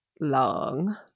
long